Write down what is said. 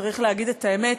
צריך להגיד את האמת.